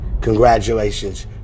congratulations